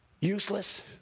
useless